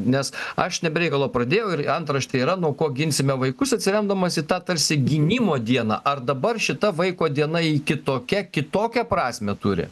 nes aš ne be reikalo pradėjau ir antraštėje yra nuo ko ginsime vaikus atsiremdamas į tą tarsi gynimo dieną ar dabar šita vaiko diena ji kitokia kitokią prasmę turi